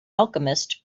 alchemist